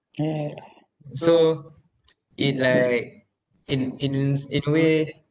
so in like in ins in a way